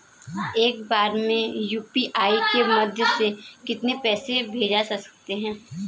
एक बार में यू.पी.आई के माध्यम से कितने पैसे को भेज सकते हैं?